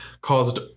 caused